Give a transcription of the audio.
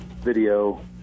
video